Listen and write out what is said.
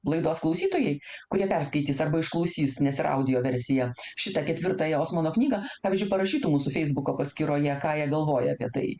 laidos klausytojai kurie perskaitys arba išklausys nes yra audio versija šitą ketvirtąją osmano knygą pavyzdžiui parašytų mūsų feisbuko paskyroje ką jie galvoja apie tai